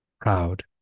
proud